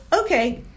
Okay